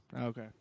Okay